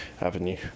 avenue